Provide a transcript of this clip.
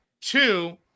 two